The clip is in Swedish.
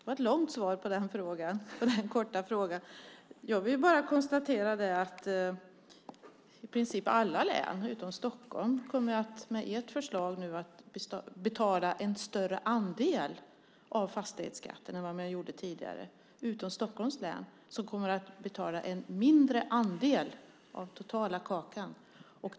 Herr talman! Det var ett långt svar på den korta frågan. Jag vill bara konstatera att i princip alla län utom Stockholm med ert förslag kommer att betala en större andel av fastighetsskatten än tidigare. Stockholms län kommer att betala en mindre andel av den totala kakan.